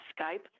Skype